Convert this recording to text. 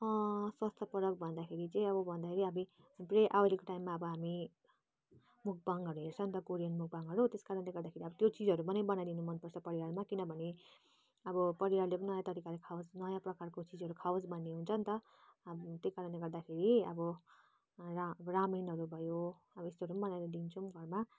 स्वास्थ्यपरक भन्दाखेरि चाहिँ अब भन्दाखेरि हामी ब्रे अहिलेको टाइममा अब हामी मुक्बाङहरू हेर्छौँ नि त कोरियन मुक्बाङहरू त्यस कारणले गर्दाखेरि अब त्यो चिजहरू पनि बनाइदिनु मनपर्छ परिवारमा किनभने अब परिवारले पनि नयाँ तरिकाले खावोस् नयाँ प्रकारको चिजहरू खावोस् भन्ने हुन्छ नि त अब त्यही कारणले गर्दाखेरि अब रा रामेनहरू भयो अब यस्तोहरू पनि बनाएर दिन्छौँ घरमा